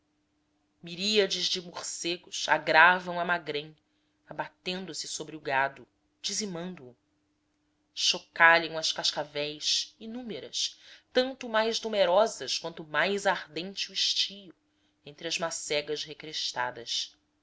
miríades de morcegos agravam a magrém abatendo se sobre o gado dizimando o chocalham as cascavéis inúmeras tanto mais numerosas quanto mais ardente o estio entre as macegas recrestadas